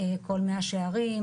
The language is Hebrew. כל מאה שערים,